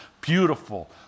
beautiful